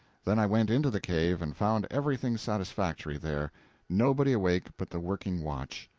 then i went into the cave, and found everything satisfactory there nobody awake but the working-watch.